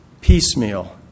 piecemeal